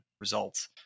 results